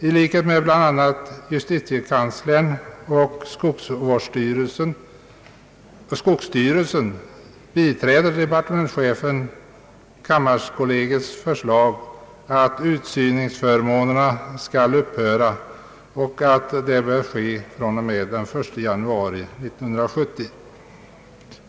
I likhet med bl.a. justitiekanslern och skogsstyrelsen biträder departementschefen kammarkollegiets förslag att utsyningsförmånen skall upphöra och att detta bör ske från och med den 1 januari 1970.